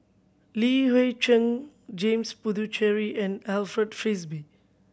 Li Hui Cheng James Puthucheary and Alfred Frisby